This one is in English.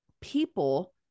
people